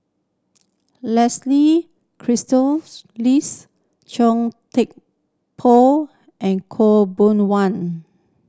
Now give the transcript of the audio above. Leslie Lease Thye Poh and Khaw Boon Wan